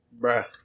Bruh